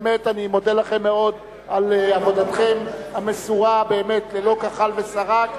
באמת אני מודה לכם מאוד על עבודתכם המסורה באמת ללא כחל ושרק,